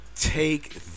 take